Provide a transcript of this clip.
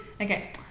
okay